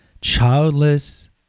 childless